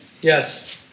Yes